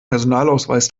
personalausweis